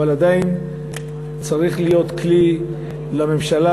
אבל עדיין צריך להיות כלי לממשלה,